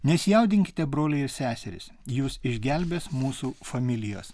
nesijaudinkite broliai ir seserys jus išgelbės mūsų familijos